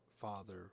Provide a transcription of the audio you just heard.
Father